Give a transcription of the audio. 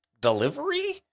delivery